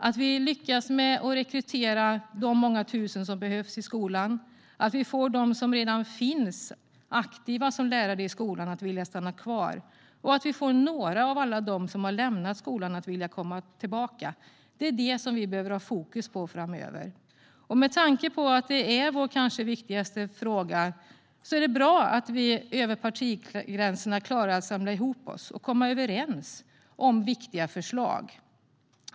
Att vi lyckas rekrytera de många tusen som behövs i skolan, att vi får dem som redan finns i skolan att vilja stanna kvar och att vi får några av alla dem som lämnat skolan att vilja komma tillbaka - det är detta vi behöver ha fokus på framöver. Och med tanke på att det är vår kanske viktigaste fråga är det bra att vi över partigränserna klarar att samla oss och komma överens om viktiga förslag.